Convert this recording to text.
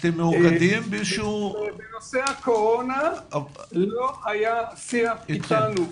בנושא הקורושנה לא היה אתנו שיח.